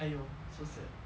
!aiyo! so sad